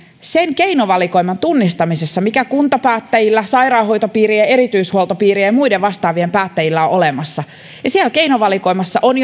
sen keinovalikoiman tunnistamisesta mikä kuntapäättäjillä sairaanhoitopiirien erityishuoltopiirien ja muiden vastaavien päättäjillä on olemassa ja siellä keinovalikoimassa on